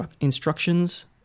instructions